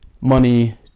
money